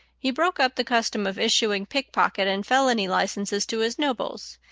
he broke up the custom of issuing pickpocket and felony licenses to his nobles,